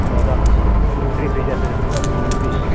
माबा रिप्रिजातरि दामखौ फ्रिच